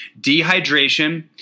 dehydration